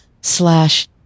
slash